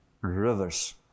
rivers